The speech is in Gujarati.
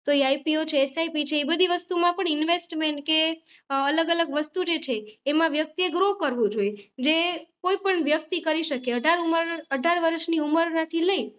તો એ આઇપીઓ છે એસઆઈપી છે એ બધી વસ્તુમાં પણ ઇન્વેસ્ટમેન્ટ કે અલગ અલગ વસ્તુ જે છે એમાં વ્યક્તિએ ગ્રો કરવું જોઈએ જે કોઈ પણ વ્યક્તિ કરી શકે અઢાર ઉમર અઢાર વર્ષની ઉમરમાંથી લઈ